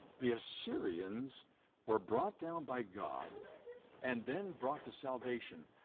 the assyrians were brought down by god and then brought to salvation.